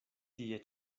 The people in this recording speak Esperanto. tie